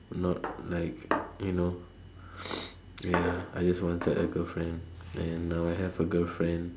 not like you know ya I just wanted a girlfriend and now I have a girlfriend